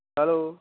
hello